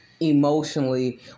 Emotionally